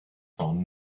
phone